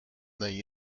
the